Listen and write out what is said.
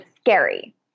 scary